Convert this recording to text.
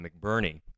McBurney